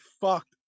fucked